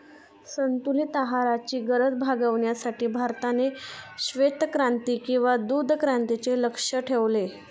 संतुलित आहाराची गरज भागविण्यासाठी भारताने श्वेतक्रांती किंवा दुग्धक्रांतीचे लक्ष्य ठेवले